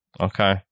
Okay